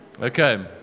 Okay